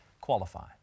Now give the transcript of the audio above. qualify